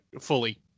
fully